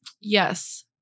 Yes